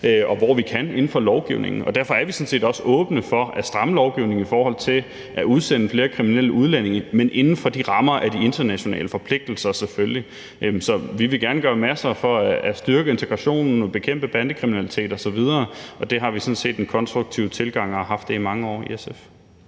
og hvor vi kan gøre det inden for lovgivningens rammer. Derfor er vi sådan set også åbne for at stramme lovgivningen i forhold til at udsende flere kriminelle udlændinge, men det skal selvfølgelig være inden for rammerne af de internationale forpligtelser. Så vi vil gerne gøre masser for at styrke integrationen og bekæmpe bandekriminalitet osv., og det har vi sådan set en konstruktiv tilgang til og har haft det i mange år i SF.